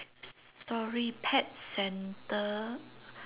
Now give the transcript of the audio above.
sorry pet centre